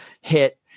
hit